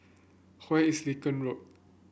is Lincoln Road